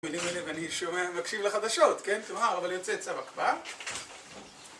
ואני שומע, מקשיב לחדשות, כן? טוהר, אבל יוצא צו הקפאה.